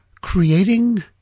creating